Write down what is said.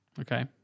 Okay